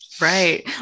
Right